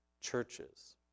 churches